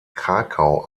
krakau